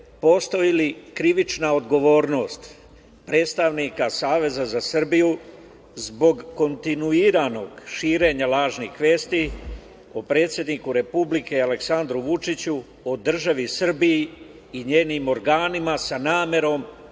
postoji li krivična odgovornost Saveza za Srbiju zbog kontinuiranog širenja lažnih vesti o predsedniku Republike Srbije, Aleksandru Vučiću, o državi Srbiji i njenim organima sa namerom